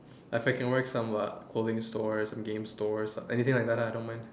if I can work some uh clothing stores game stores anything like that ah I don't mind